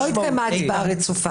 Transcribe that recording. לא התקיימה הצבעה רצופה.